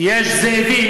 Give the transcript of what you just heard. זאב כמוך.